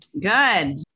Good